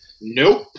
Nope